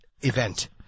event